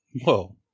whoa